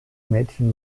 mädchen